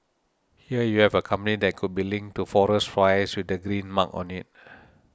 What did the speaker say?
here you have a company that could be linked to forest fires with the green mark on it